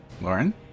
Lauren